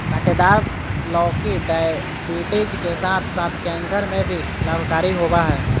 काँटेदार लौकी डायबिटीज के साथ साथ कैंसर में भी लाभकारी होबा हइ